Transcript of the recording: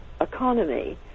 economy